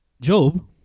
Job